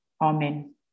Amen